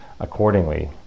accordingly